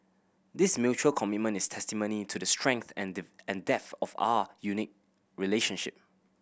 this mutual commitment is testimony to the strength and and depth of our unique relationship